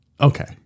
Okay